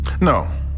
No